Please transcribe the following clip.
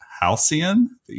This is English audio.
halcyon